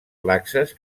laxes